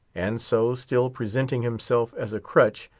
and so, still presenting himself as a crutch,